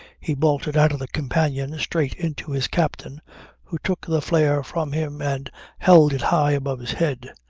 he bolted out of the companion straight into his captain who took the flare from him and held it high above his head.